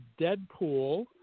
Deadpool